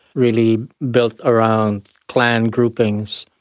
really built around clan groupings.